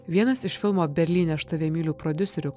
vienas iš filmo berlyne aš tave myliu prodiuserių